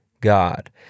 god